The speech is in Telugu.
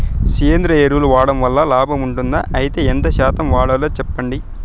సేంద్రియ ఎరువులు వాడడం వల్ల లాభం ఉంటుందా? అయితే ఎంత శాతం వాడాలో చెప్పండి?